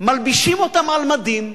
מלבישים אותם מדים,